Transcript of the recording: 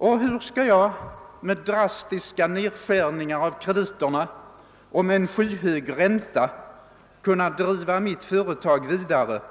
Och hur skall jag med drastiska nedskärningar av krediterna och med en skyhög ränta kunna driva mitt företag vidare?